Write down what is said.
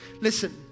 Listen